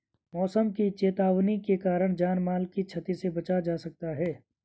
मौसम की चेतावनी के कारण जान माल की छती से बचा जा सकता है